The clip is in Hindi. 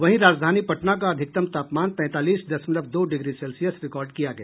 वहीं राजधानी पटना का अधिकतम तापमान तैंतालीस दशमलव दो डिग्री सेल्सियस रिकॉर्ड किया गया